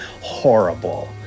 horrible